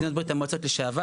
מ-20%.